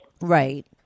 Right